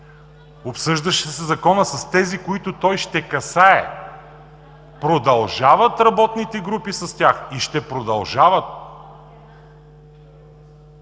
обсъждаше с тези, които той ще касае, продължават работните групи с тях и ще продължават.